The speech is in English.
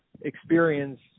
experience